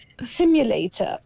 Simulator